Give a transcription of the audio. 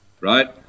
Right